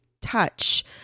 touch